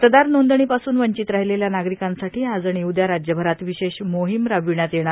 मतदार नोंदणीपासून वंचित राहिलेल्या नागरिकांसाठी आज आणि उद्या राज्यभरात विशेष मोहीम राबविण्यात येणार